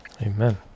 Amen